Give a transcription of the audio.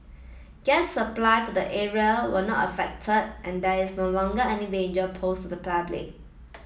gas supply to the area was not affected and there is no longer any danger posed to the public